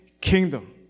kingdom